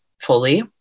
fully